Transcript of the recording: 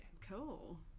Cool